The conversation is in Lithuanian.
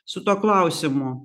su tuo klausimu